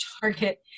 target